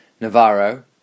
Navarro